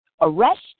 arrest